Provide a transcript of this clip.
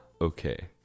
okay